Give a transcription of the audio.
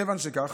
כיוון שכך,